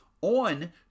on